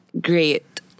great